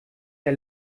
der